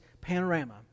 panorama